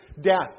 death